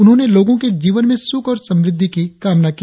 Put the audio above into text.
उन्होंने लोगों के जीवन में सुख और समृद्धि की कामना की